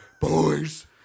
boys